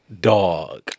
Dog